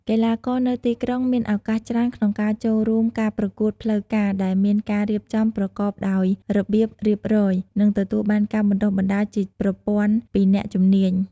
កីឡាករនៅទីក្រុងមានឱកាសច្រើនក្នុងការចូលរួមការប្រកួតផ្លូវការដែលមានការរៀបចំប្រកបដោយរបៀបរៀបរយ និងទទួលបានការបណ្ដុះបណ្ដាលជាប្រព័ន្ធពីអ្នកជំនាញ។